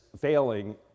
failing